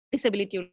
Disability